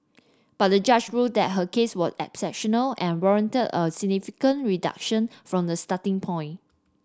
but the judge ruled that her case was exceptional and warranted a significant reduction from the starting point